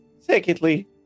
Secondly